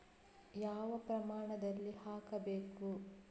ಯಾವ ಪ್ರಮಾಣದಲ್ಲಿ ಹಾಕಬೇಕು?